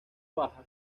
baja